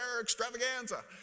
extravaganza